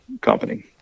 company